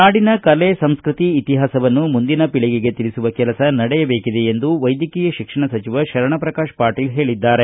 ನಾಡಿನ ಕಲೆ ಸಂಸ್ಕತಿ ಇತಿಹಾಸವನ್ನು ಮುಂದಿನ ಪೀಳಿಗೆಗೆ ತಿಳಿಸುವ ಕೆಲಸ ನಡೆಯಬೇಕಿದೆ ಎಂದು ವೈದ್ಯಕೀಯ ಶಿಕ್ಷಣ ಸಚಿವ ಶರಣಪ್ರಕಾಶ ಪಾಟೀಲ ಹೇಳಿದ್ದಾರೆ